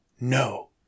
no